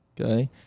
okay